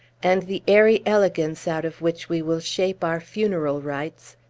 and the airy elegance out of which we will shape our funeral rites,